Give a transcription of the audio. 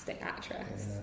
actress